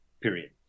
period